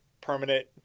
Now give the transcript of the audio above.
permanent